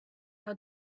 how